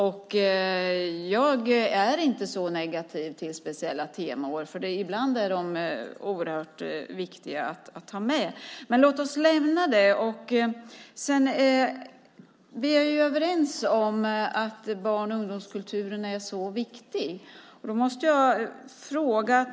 Jag är inte så negativ till speciella temaår. Ibland är de oerhört viktiga att ta med. Men låt oss lämna det. Vi är överens om att barn och ungdomskulturen är viktig, och därför måste jag fråga en sak.